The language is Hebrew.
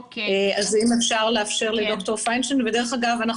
דרך אגב,